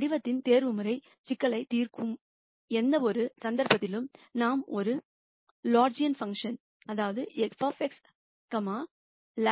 இதைப்போல் ஆப்டிமைஸ்டேஷன் சிக்கல்களைத் தீர்க்க எந்தவொரு சந்தர்ப்பத்திலும் நாம் ஒரு லக்ராஜியன் செயல்பாடு f கமா λ